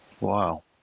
Wow